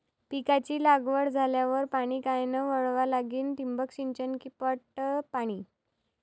पिकाची लागवड झाल्यावर पाणी कायनं वळवा लागीन? ठिबक सिंचन की पट पाणी?